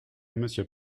monsieur